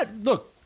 Look